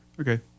Okay